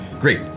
great